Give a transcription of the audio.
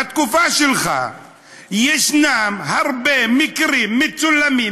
בתקופה שלך יש הרבה מקרים מצולמים,